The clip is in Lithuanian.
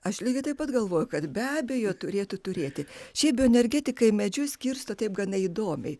aš lygiai taip pat galvoju kad be abejo turėtų turėti šie bioenergetikai medžius skirsto taip gana įdomiai